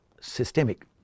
systemic